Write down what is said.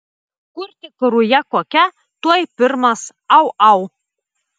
kur tik ruja kokia tuoj pirmas au au